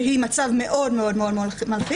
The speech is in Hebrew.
שהיא מצב מאוד מאוד מלחיץ,